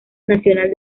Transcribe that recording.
nacional